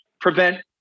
prevent